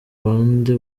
bande